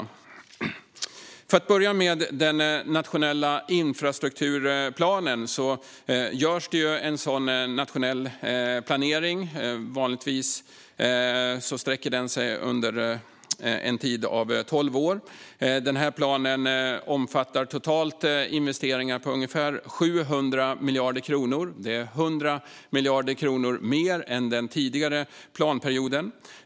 För att börja med den nationella infrastrukturplanen görs det en nationell planering, som vanligtvis sträcker sig under en tid av tolv år. Planen omfattar investeringar på totalt ungefär 700 miljarder kronor. Det är 100 miljarder mer än under den tidigare planperioden.